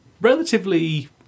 relatively